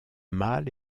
mâle